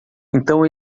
então